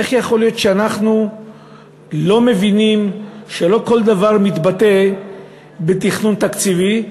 איך יכול להיות שאנחנו לא מבינים שלא כל דבר מתבטא בתכנון תקציבי,